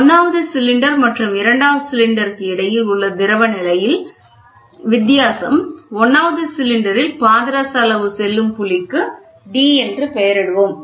1 வது சிலிண்டர் மற்றும் 2 வது சிலிண்டருக்கு இடையில் உள்ள திரவ நிலையில் வித்தியாசம் 1 வது சிலிண்டரில் பாதரச அளவு செல்லும் புள்ளிக்கு D என்று பெயரிடுவோம்